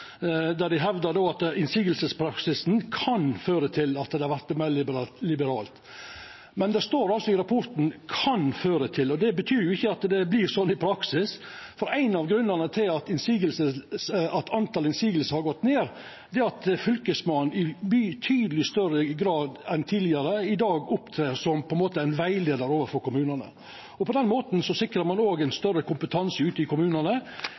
der dei hevdar at motsegnspraksisen kan føra til at det vert meir liberalt. Det står i rapporten at det kan føra til det, men det betyr ikkje at det vert slik i praksis. Ein av grunnane til at talet på motsegner har gått ned, er at Fylkesmannen i betydeleg større grad enn tidlegare på ein måte opptrer som rettleiar overfor kommunane. På den måten sikrar ein òg større kompetanse ute i kommunane.